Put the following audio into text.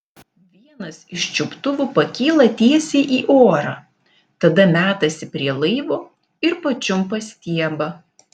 vienas iš čiuptuvų pakyla tiesiai į orą tada metasi prie laivo ir pačiumpa stiebą